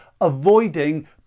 avoiding